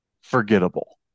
forgettable